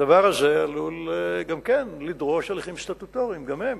הדבר הזה עלול גם לדרוש הליכים סטטוטוריים, וגם הם